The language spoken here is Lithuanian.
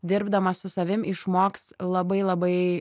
dirbdamas su savim išmoks labai labai